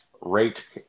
Rate